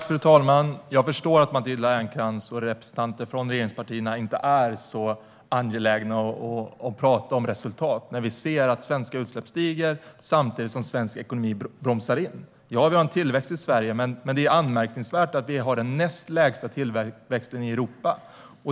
Fru talman! Jag förstår att Matilda Ernkrans och representanter från regeringspartierna inte är så angelägna om att tala om resultat när vi ser att svenska utsläpp stiger samtidigt som svensk ekonomi bromsar in. Ja, vi har en tillväxt i Sverige, men det är anmärkningsvärt att vi har den näst lägsta tillväxten i Europa.